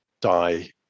die